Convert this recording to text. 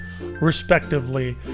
respectively